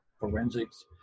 forensics